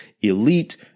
elite